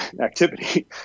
activity